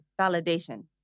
validation